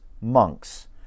monks